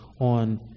on